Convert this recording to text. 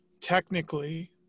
Technically